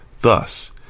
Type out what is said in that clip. Thus